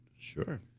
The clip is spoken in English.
sure